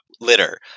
litter